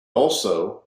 also